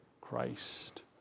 Christ